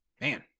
Man